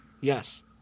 Yes